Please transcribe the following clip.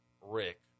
Rick